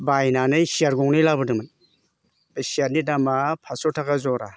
बायनानै सियार गंनै लाबोदोंमोन बे सियारनि दामा पास्स' थाखा जरा